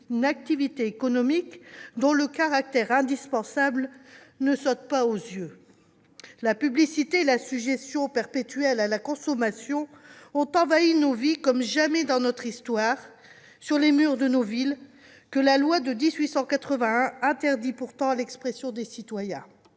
une activité économique dont le caractère indispensable ne saute pas aux yeux. La publicité et la suggestion perpétuelle à la consommation ont envahi nos vies comme jamais dans notre histoire : sur les murs de nos villes, que la loi de 1881 interdit pourtant à l'expression des citoyens,